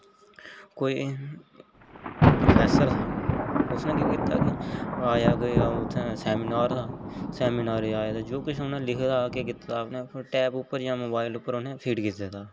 कोई प्रोफेसर हा उसने केह् कीता के आया ते अ'ऊं उत्थे सेमिनार हा सेमिनार च आया ते जो किश उनें लिखे दा हा टैब उप्पर जां मोबाइल उप्पर उनें फीड कीते दा हा